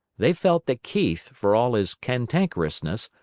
they felt that keith, for all his cantankerousness,